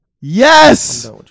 Yes